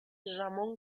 ramón